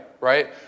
right